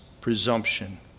presumption